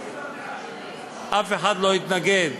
אף אחד לא התנגד,